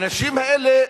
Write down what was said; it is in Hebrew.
האנשים האלה,